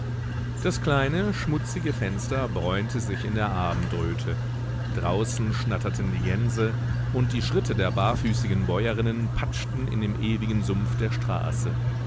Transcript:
das kleine schmutzige fenster bräunte sich in der abendröte draußen schnatterten die gänse und die schritte der barfüßigen bäuerinnen patschten in dem ewigen sumpf der straße